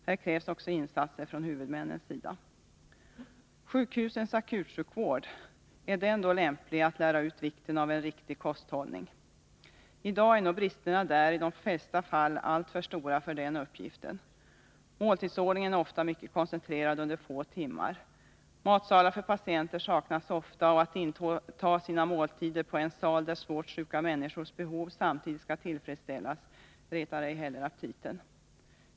Här krävs också insatser från huvudmännens sida. Sjukhusens akutsjukvård, är den då lämplig när det gäller att lära ut vikten av en riktig kosthållning? I dag är nog bristerna i de flesta fall alltför stora för att man skall kunna klara uppgiften. Måltidsordningen är ofta mycket koncentrerad under få timmar. Matsalar för patienterna saknas ofta, och att inta sina måltider på en sal där svårt sjuka människors behov samtidigt skall tillfredsställas, retar ej heller aptiten.